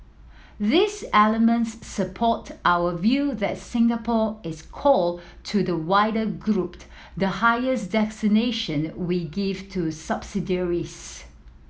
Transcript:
these elements support our view that Singapore is core to the wider grouped the highest we give to subsidiaries